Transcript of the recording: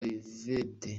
yvette